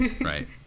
right